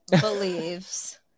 believes